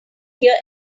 hear